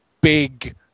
big